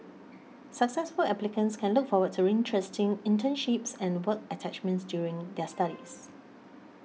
successful applicants can look forward to interesting internships and work attachments during their studies